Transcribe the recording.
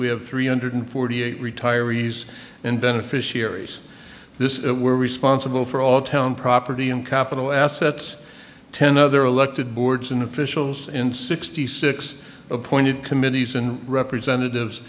we have three hundred forty eight retirees and beneficiaries this is it we're responsible for all town property and capital assets ten other elected boards and officials in sixty six appointed committees and representatives